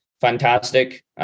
fantastic